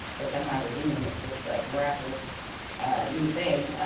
but somehow this evening is just a miraculous new thing.